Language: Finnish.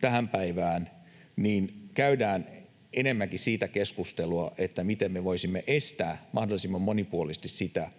tähän päivään, käydään enemmänkin keskustelua siitä, miten me voisimme estää mahdollisimman monipuolisesti sitä,